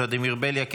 ולדימיר בליאק,